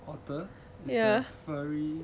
otter 很 slimy